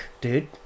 dude